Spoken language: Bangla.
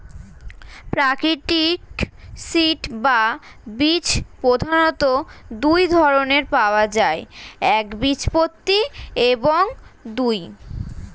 প্রাকৃতিক সিড বা বীজ প্রধানত দুই ধরনের পাওয়া যায় একবীজপত্রী এবং দুই